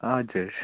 हजुर